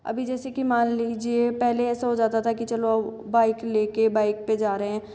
अभी जैसे की मान लीजिये पहले ऐसा हो जाता था की चलो बाइक ले के बाइक पर जा रहे हैं